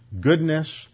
goodness